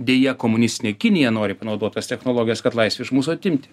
deja komunistinė kinija nori panaudot tas technologijas kad laisvę iš mūsų atimti